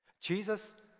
jesus